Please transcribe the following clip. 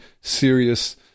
serious